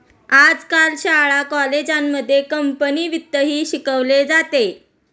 आजकाल शाळा कॉलेजांमध्ये कंपनी वित्तही शिकवले जाते